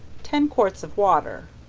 ten quarts of water.